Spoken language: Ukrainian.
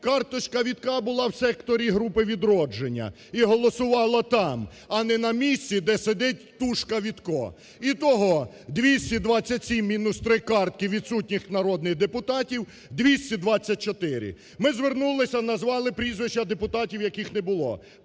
карточка Вітка була в секторі групи "Відродження" і голосувала там, а не на місці, де сидить "тушка" Вітко. Ітого: 227 мінус три картки відсутніх народних депутатів – 224. Ми звернулися, назвали прізвища депутатів, яких не було,